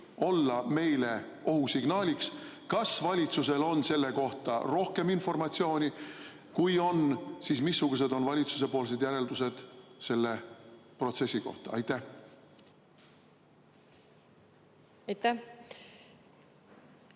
olla meile ohusignaaliks? Kas valitsusel on selle kohta rohkem informatsiooni? Kui on, siis missugused on valitsuse järeldused sellest protsessist? Aitäh, härra